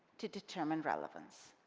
to determine relevance.